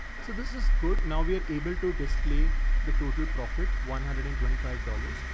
so this is good. now we are able to display the total profit one hundred and twenty five dollars,